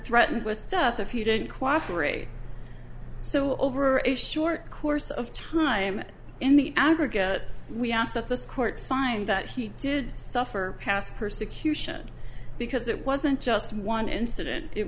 threatened with death if you didn't cooperate so over a short course of time in the aggregate we ask that this court find that he did suffer past persecution because it wasn't just one incident it